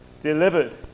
delivered